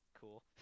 cool